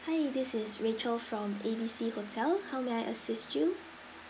hi this is rachel from A B C hotel how may I assist you